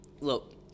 Look